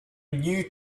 new